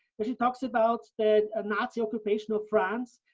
where she talks about the nazi occupation of france,